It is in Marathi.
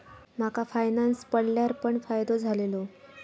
माका फायनांस पडल्यार पण फायदो झालेलो